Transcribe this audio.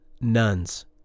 nuns